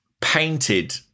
painted